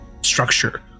structure